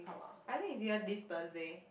I think this year this Thursday